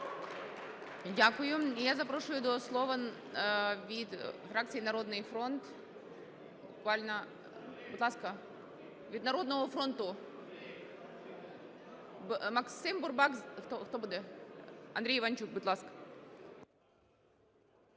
Дякую. І я запрошую до слова від фракції "Народний фронт"… Будь ласка, від "Народного фронту". Максим Бурбак… Хто буде? Андрій Іванчук, будь ласка.